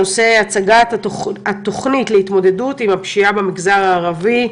הנושא: הצגת התוכנית להתמודדות עם הפשיעה במגזר הערבי,